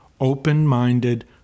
open-minded